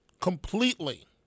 completely